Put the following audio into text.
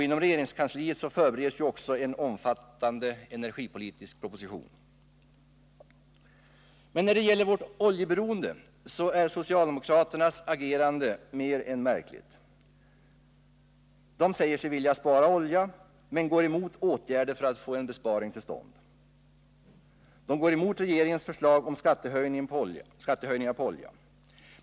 Inom regeringskansliet förbereds också en omfattande energipolitisk proposition. Men när det gäller vårt oljeberoende är socialdemokraternas agerande mer än märkligt. De säger sig vilja spara olja men går emot åtgärder avsedda att få en besparing till stånd. De går emot regeringens förslag om skattehöjningar på olja.